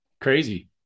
Crazy